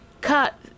cut